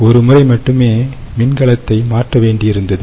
ஒரு முறை மட்டுமே மின்கலத்தை மாற்ற வேண்டியிருந்தது